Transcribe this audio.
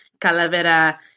calavera